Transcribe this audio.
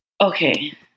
Okay